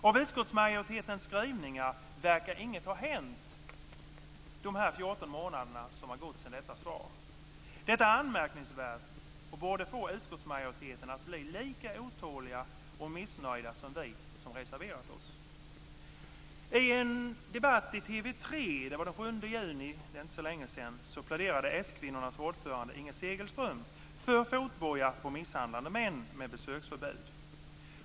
Av utskottsmajoritetens skrivningar verkar inget ha hänt på de 14 månader som gått sedan dess. Detta är anmärkningsvärt och borde få utskottsmajoriteten att bli lika otålig och missnöjd som vi som reserverat oss. I en debatt i TV 3 den 7 juni pläderade skvinnornas ordförande Inger Segelström för fotboja på misshandlande män med besöksförbud.